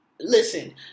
Listen